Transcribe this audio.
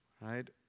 right